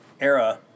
era